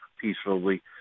peacefully